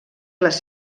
les